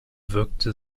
wirkte